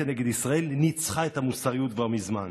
נגד ישראל ניצחו את המוסריות כבר מזמן.